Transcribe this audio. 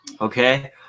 Okay